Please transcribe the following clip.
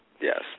Yes